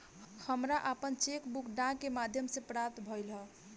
हमरा आपन cheque book डाक के माध्यम से प्राप्त भइल ह